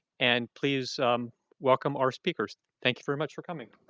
and please welcome our speakers. thank you very much for coming.